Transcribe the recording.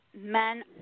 Men